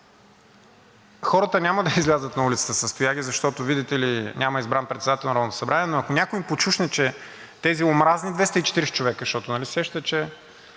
Хората няма да излязат на улицата с тояги, защото, видите ли, няма избран председател на Народното събрание, но ако някой им подшушне, че тези омразни 240 човека, защото нали се сещате, че